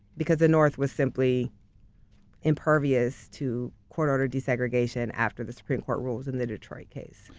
because the north was simply impervious to court ordered desegregation after the supreme court ruled in the detroit case.